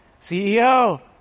CEO